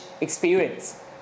experience